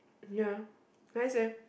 ya nice eh